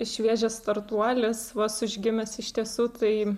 šviežias startuolis vos užgimęs iš tiesų tai